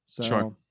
Sure